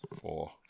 Four